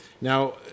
now